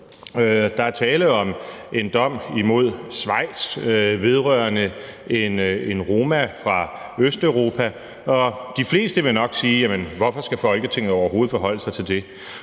Der er tale om en dom imod Schweiz vedrørende en roma fra Østeuropa, og de fleste vil nok sige: Jamen hvorfor skal Folketinget overhovedet forholde sig til det?